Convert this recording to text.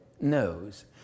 knows